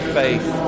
faith